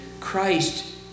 Christ